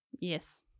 Yes